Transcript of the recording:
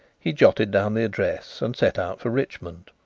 he jotted down the address and set out for richmond.